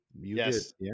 yes